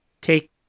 take